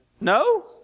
No